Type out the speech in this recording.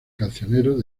cancionero